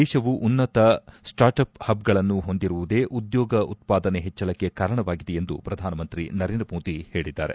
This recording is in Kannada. ದೇಶವು ಉನ್ನತ ಸ್ಟಾರ್ಟ್ ಅಪ್ ಹಬ್ಗಳನ್ನು ಹೊಂದಿರುವುದೇ ಉದ್ಯೋಗ ಉತ್ಪಾದನೆ ಹೆಚ್ಚಳಕ್ಕೆ ಕಾರಣವಾಗಿದೆ ಎಂದು ಪ್ರಧಾನಮಂತ್ರಿ ನರೇಂದ್ರ ಮೋದಿ ಹೇಳಿದ್ದಾರೆ